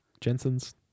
Jensen's